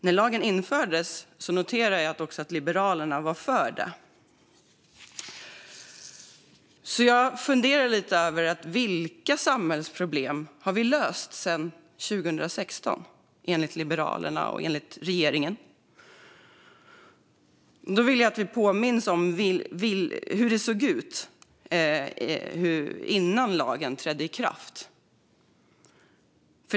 Men jag noterar att Liberalerna var för lagen när den infördes. Jag funderar lite över vilka samhällsproblem vi har löst sedan 2016 enligt Liberalerna och regeringen. Jag vill att vi påminner oss om hur det såg ut innan lagen trädde i kraft.